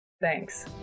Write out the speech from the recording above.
Thanks